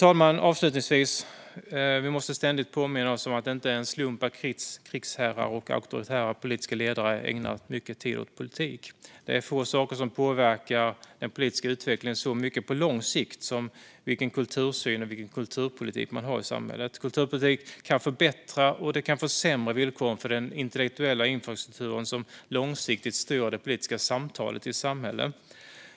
Avslutningsvis, fru talman, måste vi ständigt påminna oss om att det inte är en slump att krigsherrar och auktoritära politiska ledare ägnar så mycket tid åt kultur. Det är få saker som påverkar den politiska utvecklingen så mycket på lång sikt som vilken kultursyn och kulturpolitik man har i samhället. Kulturpolitik kan förbättra och försämra villkoren för den intellektuella infrastruktur som långsiktigt styr det politiska samtalet i ett samhälle.